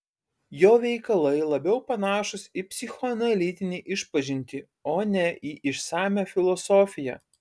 jo veikalai labiau panašūs į psichoanalitinę išpažintį o ne į išsamią filosofiją